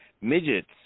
midgets